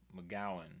McGowan